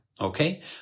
okay